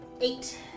eight